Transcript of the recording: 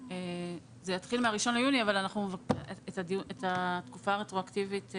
זה יתחיל מה-1 ביוני אבל אנחנו מבקשים את התקופה הרטרואקטיבית,